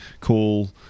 call